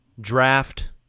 draft